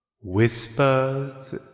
Whispers